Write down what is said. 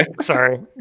Sorry